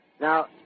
Now